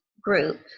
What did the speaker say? group